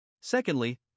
Secondly